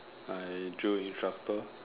I drill instructor